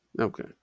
Okay